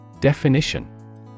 Definition